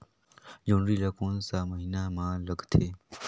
जोंदरी ला कोन सा महीन मां लगथे?